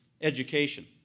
education